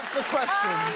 question.